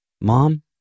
Mom